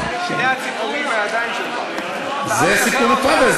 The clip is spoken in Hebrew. שתי הציפורים בידיים שלך, זה סיפור נפרד.